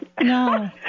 No